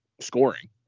scoring